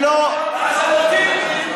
לא מצליח,